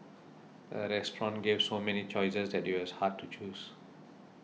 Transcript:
the restaurant gave so many choices that it was hard to choose